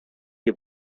que